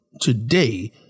today